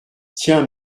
tiens